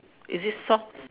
is it soft